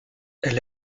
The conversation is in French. elle